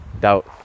doubt